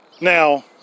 Now